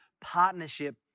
partnership